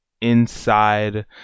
inside